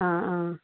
ആ ആ